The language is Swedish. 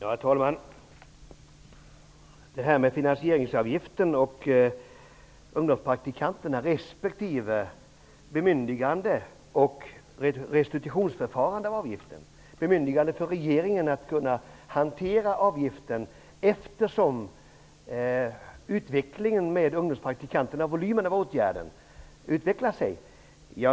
Herr talman! Vi talade tidigare om bemyndigande för regeringen att hantera finansieringsavgiften för ungdomspraktikanterna respektive ett restitutionsförfarande. Vi har föreslagit ett bemyndigande för regeringen att hantera avgiften allteftersom volymen av ungdomspraktiken utvecklas.